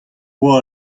boa